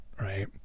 right